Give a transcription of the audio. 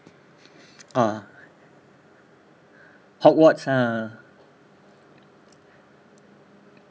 uh hogwarts ah